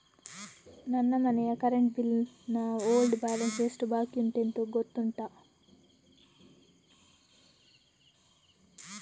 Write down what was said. ನನ್ನ ಮನೆಯ current bill ನ ಓಲ್ಡ್ ಬ್ಯಾಲೆನ್ಸ್ ಎಷ್ಟು ಬಾಕಿಯುಂಟೆಂದು ಗೊತ್ತುಂಟ?